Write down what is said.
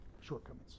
shortcomings